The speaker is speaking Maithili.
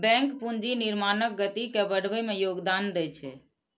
बैंक पूंजी निर्माणक गति के बढ़बै मे योगदान दै छै